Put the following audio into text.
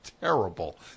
terrible